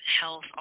health